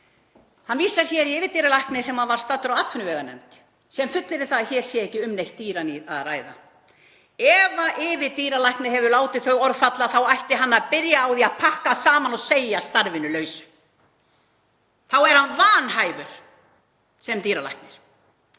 Hann vísar hér í yfirdýralækni sem var staddur hjá atvinnuveganefnd og fullyrti að hér væri ekki um neitt dýraníð að ræða. Ef yfirdýralæknir hefur látið þau orð falla þá ætti hann að byrja á því að pakka saman og segja starfinu lausu. Þá er hann vanhæfur sem dýralæknir.